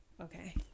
Okay